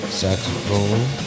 saxophone